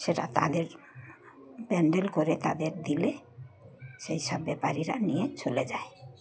সেটা তাদের ব্যান্ডেল করে তাদের দিলে সেই সব ব্যাপারীরা নিয়ে চলে যায়